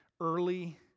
early